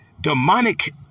demonic